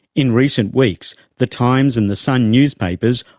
in recent weeks, the times and the sun newspapers,